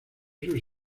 sus